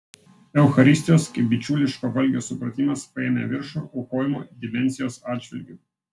eucharistijos kaip bičiuliško valgio supratimas paėmė viršų aukojimo dimensijos atžvilgiu